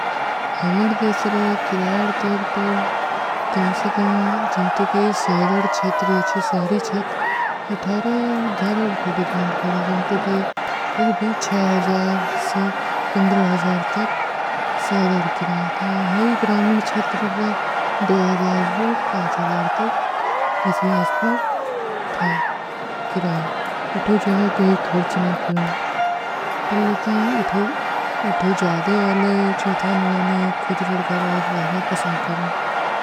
ଅମର ଦେଶରେ କିରାଯା ତୋର ପର କମ ସକମ ଜିନ୍ତୁ କୀ ସହରାର ଛେତରୀ ଅଚ୍ଛୀ ସହରୀ ଛେତ ଅଠାରେ ଘର ଔର ଭୀ ଡିବେଂଟ କରେଂ ଜିନ୍ତୁ କୀ ଫିର ଭୀ ସେ ତକ ସହରାର କିରାଯା ଥା। ହୈ ଗ୍ରାମିଣ ଛେତରେ ରୂପ ତକ ଇସୀ ଆସପର ଥା କିରାଯା। ଇଠୋ ଜହାଁ କହୀ ଖର୍ଚ ନହୀଂ କରୂଁ। ଇତୋ ଜାଦେ ଵାଲେ ଜୋ ଥାନେ ମୈଂନେ ଖୁଦ ରଗରାର ରହନା ପ୍ରସଂଦ କରୂଁ।